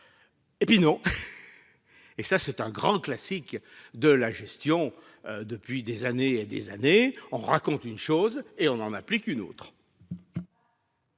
Mais non ! C'est un grand classique de la gestion, depuis des années : on raconte une chose et on en applique une autre